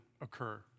occur